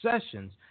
Sessions